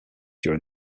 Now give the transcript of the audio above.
during